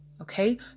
okay